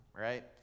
right